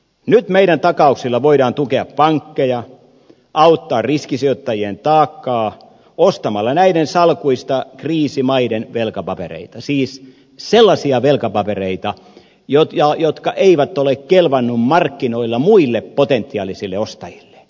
nyt meidän takauksillamme voidaan tukea pankkeja helpottaa riskisijoittajien taakkaa ostamalla näiden salkuista kriisimaiden velkapapereita siis sellaisia velkapapereita jotka eivät ole kelvanneet markkinoilla muille potentiaalisille ostajille